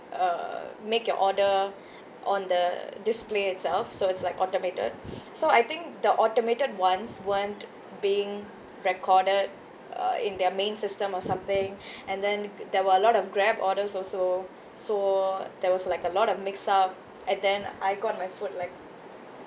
uh make your order on the display itself so it's like automated so I think the automated ones weren't being recorded uh in their main system or something and then there were a lot of grab orders also so there was like a lot of mix up and then I got my food like